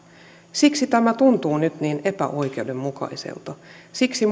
siksi tämä tuntuu nyt niin epäoikeudenmukaiselta siksi